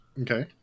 okay